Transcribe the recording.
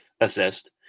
assist